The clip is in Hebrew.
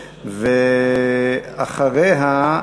ואחריה,